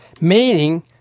Meaning